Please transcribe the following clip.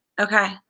okay